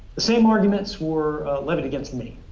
the same arguments were levied against me.